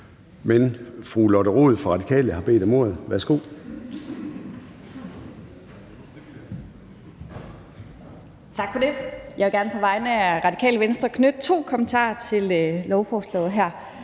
Men fru Lotte Rod fra Radikale har bedt om ordet. Værsgo.